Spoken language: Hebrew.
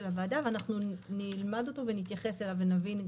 הוועדה כדי שנלמד אותו ונתייחס אליו ונבין.